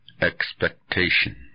Expectation